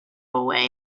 away